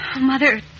Mother